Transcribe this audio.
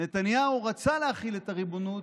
נתניהו רצה להחיל את הריבונות,